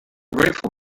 grateful